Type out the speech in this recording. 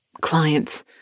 clients